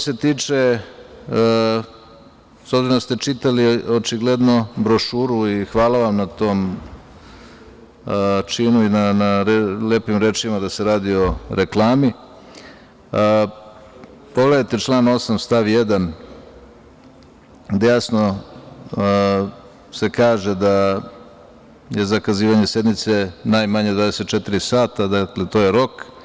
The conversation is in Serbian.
S obzirom da ste čitali očigledno brošuru i hvala vam na tom činu i na lepim rečima da se radi o reklami, pogledajte član 8. stav 1, gde se jasno kaže da je zakazivanje sednice najmanje 24 sata, dakle, to je rok.